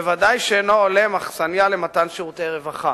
וודאי שאינו הולם אכסניה למתן שירותי רווחה.